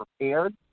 prepared